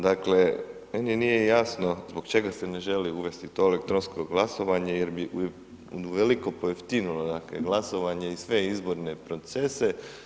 Dakle, meni nije jasno zbog čega se ne želi uvesti to elektronsko glasovanje jer bi uveliko pojeftinilo dakle, glasovanje i sve izborne procese.